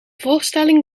voorstelling